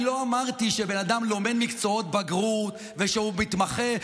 אני לא אמרתי שבן אדם שלומד מקצועות בגרות ושהוא מתמחה,